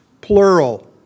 plural